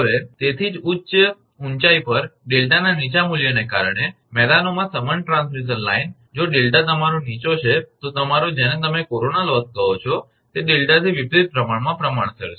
હવે તેથી જ ઉચ્ચ ઊંચાઇ પર ડેલ્ટાના નીચા મૂલ્યને કારણે મેદાનોમાં સમાન ટ્રાન્સમિશન લાઇન જો ડેલ્ટા તમારો નીચો છે તો તમારો જેને તમે કોરોના લોસ કહો છો તે ડેલ્ટાથી વિપરિત પ્રમાણમાં પ્રમાણસર છે